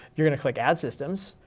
you're going to click add systems,